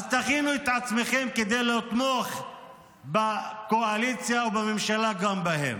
אז תכינו את עצמכם כדי לתמוך בקואליציה ובממשלה גם בהם.